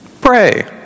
Pray